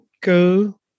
go